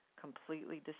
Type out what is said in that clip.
completely